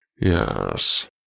Yes